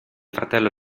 fratello